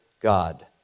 God